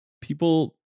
people